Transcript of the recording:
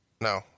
no